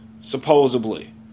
supposedly